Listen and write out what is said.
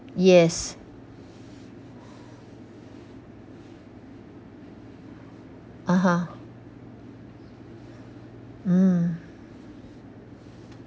yes (uh huh) mm